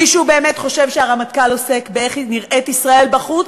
מישהו באמת חושב שהרמטכ"ל עוסק ב-איך נראית ישראל בחוץ?